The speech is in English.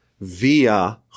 via